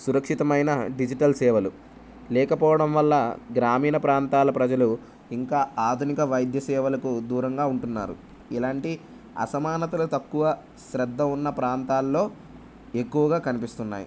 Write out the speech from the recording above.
సురక్షితమైన డిజిటల్ సేవలు లేకపోవడం వల్ల గ్రామీణ ప్రాంతాల ప్రజలు ఇంకా ఆధునిక వైద్య సేవలకు దూరంగా ఉంటున్నారు ఇలాంటి అసమానతలు తక్కువ శ్రద్ధ ఉన్న ప్రాంతాల్లో ఎక్కువగా కనిపిస్తున్నాయి